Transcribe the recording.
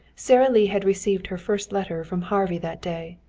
sara lee had received her first letter from harvey that day.